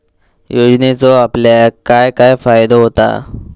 योजनेचो आपल्याक काय काय फायदो होता?